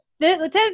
Lieutenant